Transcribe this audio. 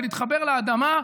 בלהתחבר לאדמה,